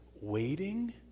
waiting